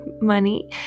money